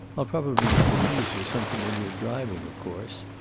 i'll probably sneeze or something when you're driving, of course.